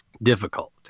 difficult